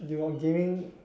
you got gaming